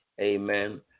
Amen